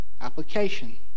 application